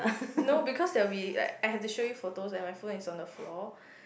no because that we like I have to show you photos and my phone is on the floor